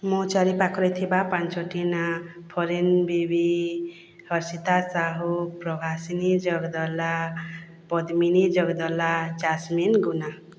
ମୋ ଚାରିପାଖରେ ଥିବା ପାଞ୍ଚୋଟି ନାଁ ଫରେନ୍ ବିବି ହର୍ଷିତା ସାହୁ ପ୍ରଭାସିନୀ ଜଗଦଲା ପଦ୍ମିନୀ ଜଗଦଲା ଚାସ୍ମିନ ଗୁନା